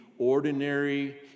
ordinary